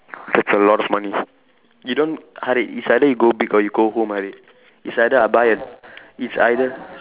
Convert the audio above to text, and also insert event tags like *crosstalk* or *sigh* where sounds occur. that's a lot of money you don't Harid it's either you go big or you go home Harid it's either I buy *noise* it's either